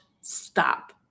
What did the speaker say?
stop